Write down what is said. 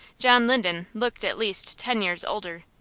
john linden looked at least ten years older,